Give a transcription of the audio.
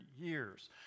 years